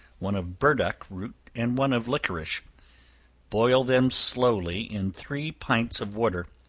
one of burdock root, and one of liquorice boil them slowly in three pints of water,